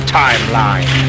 timeline